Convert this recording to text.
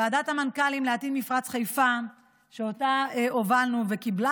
ועדת המנכ"לים לעתיד מפרץ חיפה שאותה הובלנו וקיבלה